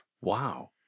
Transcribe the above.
Wow